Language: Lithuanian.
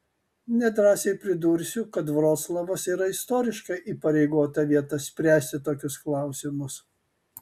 nedrąsiai pridursiu kad vroclavas yra istoriškai įpareigota vieta spręsti tokius klausimus